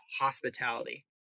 hospitality